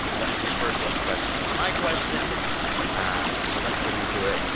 we'll enter first those questions. but my questions um so let's get into it.